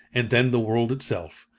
and then the world itself,